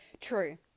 True